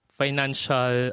financial